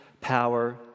power